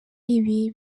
ibi